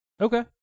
Okay